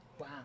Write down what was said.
Wow